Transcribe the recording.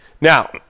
Now